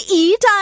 eat